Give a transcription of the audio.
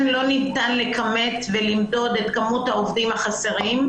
לא ניתן לכמת ולמדוד את כמות העובדים החסרים.